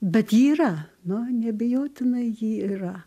bet ji yra nu neabejotinai jį yra